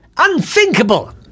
unthinkable